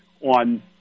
on